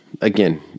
again